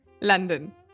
London